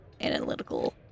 analytical